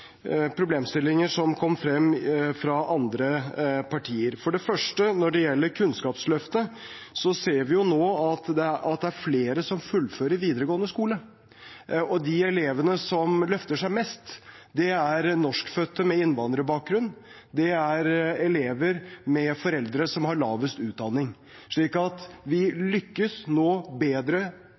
problemstillinger som kom fra andre partier: For det første, når det gjelder Kunnskapsløftet, ser vi nå at det er flere som fullfører videregående skole. De elevene som løfter seg mest, er norskfødte med innvandrerbakgrunn og elever med foreldre som har lav utdanning. Vi lykkes nå bedre